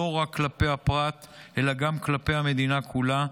רק כלפי הפרט אלא גם כלפי המדינה כולה,